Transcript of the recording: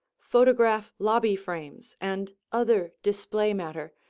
photograph lobby frames and other display matter,